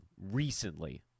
recently